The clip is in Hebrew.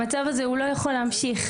המצב הזה לא יכול להמשיך.